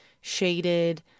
shaded